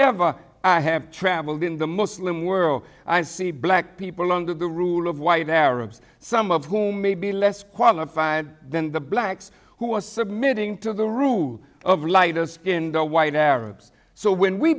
ever i have traveled in the muslim world i see black people under the rule of white arabs some of whom may be less qualified than the blacks who are submitting to the rule of lighter skinned white arabs so when we